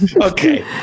Okay